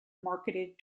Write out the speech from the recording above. marketed